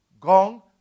gong